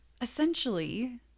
Essentially